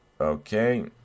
Okay